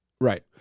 Right